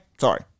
Sorry